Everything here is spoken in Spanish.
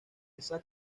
esta